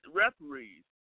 referees